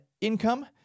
income